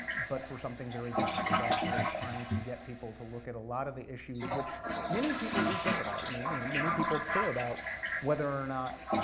but for something very different, it's actually trying to get people to look at a lot of the issues, which many people do care about. i mean you know many people care about whether or not,